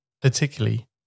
particularly